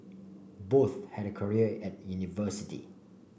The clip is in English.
both had career at university